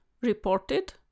reported